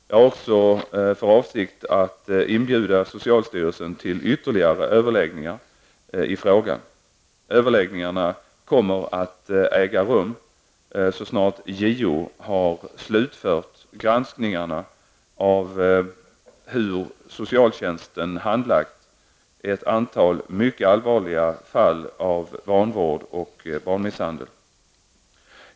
Jag har också för avsikt att inbjuda socialstyrelsen till ytterligare överläggningar i frågan. Överläggningarna kommer att äga rum så snart JO har slutfört granskningarna av hur socialtjänsten handlagt ett antal mycket allvarliga fall av vanvård och barnmisshandel.